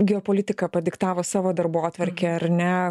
geopolitika padiktavo savo darbotvarkę ar ne